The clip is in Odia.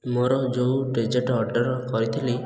ମୋ'ର ଯେଉଁ ଡେଜର୍ଟସ୍ ଅର୍ଡ଼ର କରିଥିଲି